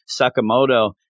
Sakamoto